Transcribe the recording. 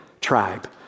tribe